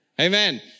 Amen